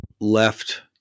left